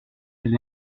elle